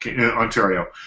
Ontario